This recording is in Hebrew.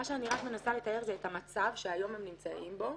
מה שאני רק מנסה לתאר זה את המצב שהיום הם נמצאים בו,